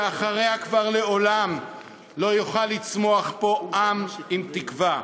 שאחריה כבר לעולם לא יוכל לצמוח פה עַם עִם תקווה.